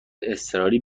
اضطراری